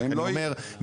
אני אומר,